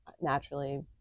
naturally